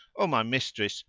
o my mistress,